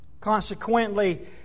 Consequently